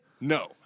No